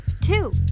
Two